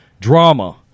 drama